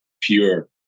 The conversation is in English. pure